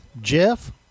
Jeff